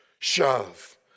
Shove